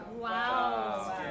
Wow